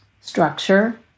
structure